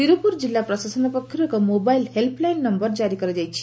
ତିରୁପୁର ଜିଲ୍ଲା ପ୍ରଶାସନ ପକ୍ଷରୁ ଏକ ମୋବାଇଲ୍ ହେଲ୍ପ୍ ଲାଇନ ନୟର ଜାରି କରାଯାଇଛି